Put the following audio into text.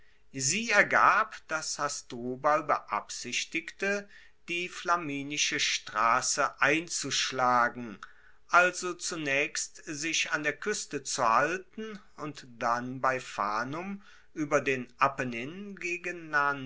sie ergab dass hasdrubal beabsichtigte die flaminische strasse einzuschlagen also zunaechst sich an der kueste zu halten und dann bei fanum ueber den apennin gegen